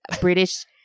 British